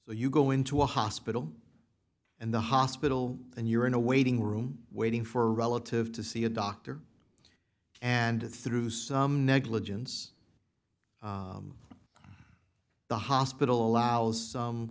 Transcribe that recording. so you go into a hospital and the hospital and you're in a waiting room waiting for a relative to see a doctor and through some negligence the hospital allows some